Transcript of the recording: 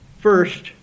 first